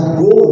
go